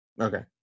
Okay